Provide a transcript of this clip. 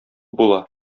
була